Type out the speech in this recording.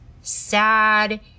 sad